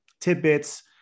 tidbits